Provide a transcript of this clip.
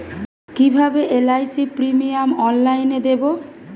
কিভাবে LIC premium অনলাইনে দেবো?